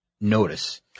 notice